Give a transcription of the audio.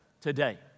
today